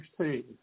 16